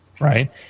Right